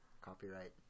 Copyright